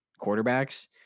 quarterbacks